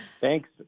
Thanks